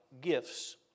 gifts